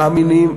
מאמינים,